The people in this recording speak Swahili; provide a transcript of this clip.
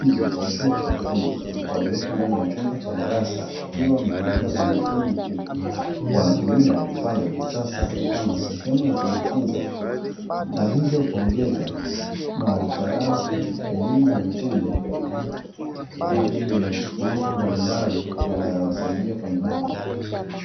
Wanafunzi wa chuo cha ufundi, waliopo ndani ya chumba cha darasa, wakiwa wametulia kwa umakini mkubwa. Wanatumia vifaa vya kisasa kama sehemu ya kujifunza na hivyo kuongeza maarifa yao katika elimu ya vitendo, kwa ajili ya mambo mbalimbali yanayowasaidia kwenye jamii.